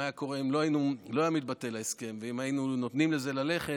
מה היה קורה אם לא היה מתבטל ההסכם ואם היינו נותנים לזה ללכת,